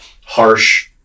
harsh